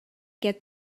get